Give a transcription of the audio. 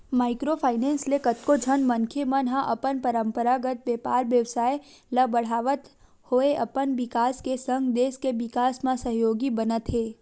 micro finance ले कतको झन मनखे मन ह अपन पंरपरागत बेपार बेवसाय ल बड़हात होय अपन बिकास के संग देस के बिकास म सहयोगी बनत हे